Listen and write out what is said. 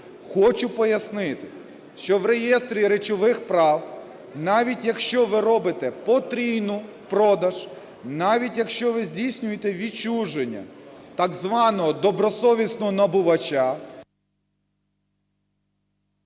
Хочу пояснити, що в реєстрі речових прав, навіть якщо ви робите потрійний продаж, навіть якщо ви здійснюєте відчуження так званого добросовісного набувача…